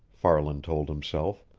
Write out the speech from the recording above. farland told himself.